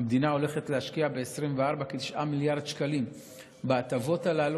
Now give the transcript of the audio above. המדינה הולכת להשקיע ב-2024 כ-9 מיליארד שקלים בהטבות הללו,